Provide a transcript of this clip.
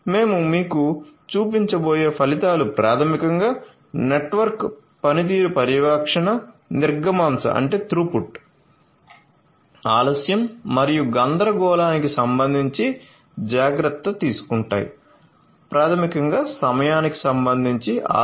మేము మీకు చూపించబోయే ఫలితాలు ప్రాథమికంగా నెట్వర్క్ పనితీరు పర్యవేక్షణ నిర్గమాంశ